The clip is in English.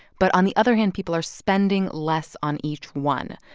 but on the other hand, people are spending less on each one.